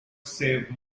save